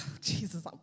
Jesus